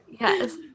yes